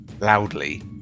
loudly